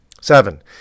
Seven